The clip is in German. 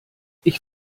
ich